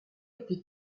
été